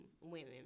women